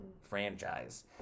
franchise